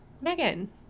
Megan